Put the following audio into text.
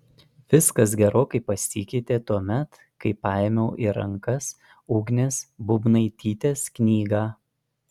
viskas gerokai pasikeitė tuomet kai paėmiau į rankas ugnės būbnaitytės knygą